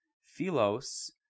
Philos